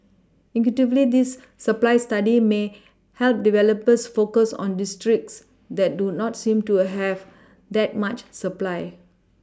intuitively this supply study may help developers focus on districts that do not seem to have that much supply